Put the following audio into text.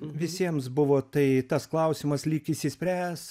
visiems buvo tai tas klausimas lyg išsispręs